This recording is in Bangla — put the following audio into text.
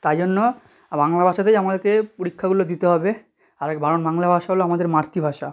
তাই জন্য বাংলা ভাষাতেই আমাদেরকে পরীক্ষাগুলো দিতে হবে আর এক কারণ বাংলা ভাষা হলো আমাদের মাতৃভাষা